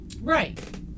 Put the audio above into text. Right